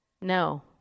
No